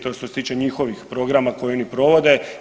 To je što se tiče njihovih programa koji one provode.